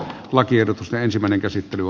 lakiehdotus ja ensimmäinen käsittely